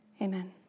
Amen